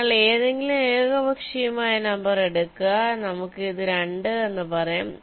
നിങ്ങൾ ഏതെങ്കിലും ഏകപക്ഷീയമായ നമ്പർ എടുക്കുക നമുക്ക് ഇത് 2 എന്ന് പറയാം